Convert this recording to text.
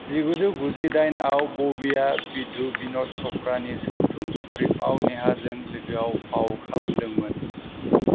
जिगुजौ गुजिदाइनआव बबिआ विधु बिनद चपड़ानि सावथुन खरिबआव नेहाजों लोगोआव फाव खालामदोंमोन